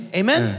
amen